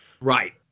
Right